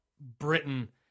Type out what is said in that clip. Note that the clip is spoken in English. Britain